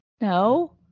no